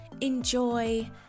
enjoy